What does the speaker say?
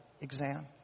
exam